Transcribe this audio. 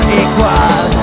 equal